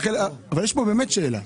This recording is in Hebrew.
חלק מהנוכחים אבל יש כאן באמת שאלה.